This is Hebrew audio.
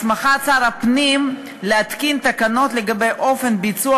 הסמכת שר הפנים להתקין תקנות לגבי אופן ביצוע